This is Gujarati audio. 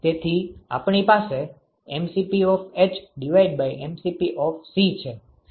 તેથી આપણી પાસે hc છે જે મૂળરૂપે Cr છે